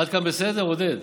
עד כאן בסדר, עודד?